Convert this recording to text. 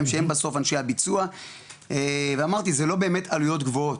שהם בסוף אנשי הביצוע ואמרתי זה לא באמת עלויות גבוהות,